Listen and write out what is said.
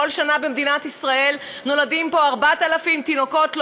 במדינת ישראל נולדים כל שנה 4,000 תינוקות לא-יהודים,